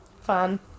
fun